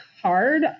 hard